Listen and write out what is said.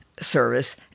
service